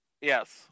Yes